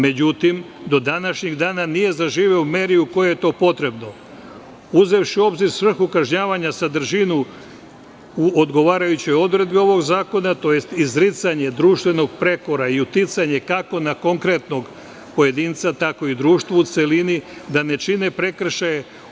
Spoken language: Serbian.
Međutim, do današnjeg dana nije zaživeo u meri u kojoj je to potrebno, uzevši u obzir svrhu kažnjavanja, sadržinu u odgovarajućoj odredbi ovog zakona, tj. izricanje društvenog prekora i uticanje kako na konkretnog pojedinca, tako i društva u celini, da ne čine prekršaje.